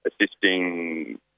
assisting